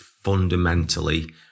fundamentally